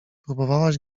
próbowałaś